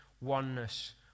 oneness